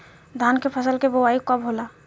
धान के फ़सल के बोआई कब होला?